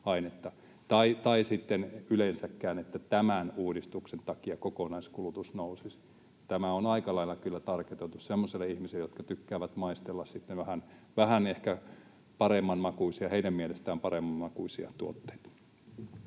tai sitten yleensäkään, että tämän uudistuksen takia kokonaiskulutus nousisi. Tämä on aika lailla kyllä targetoitu semmoisille ihmisille, jotka tykkäävät maistella sitten vähän ehkä heidän mielestään paremman makuisia tuotteita.